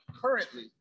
currently